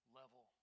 level